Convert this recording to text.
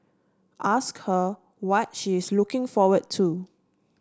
ask her what she is looking forward to